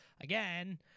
again